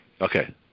Okay